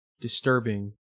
disturbing